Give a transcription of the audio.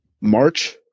March